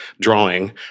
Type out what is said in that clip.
drawing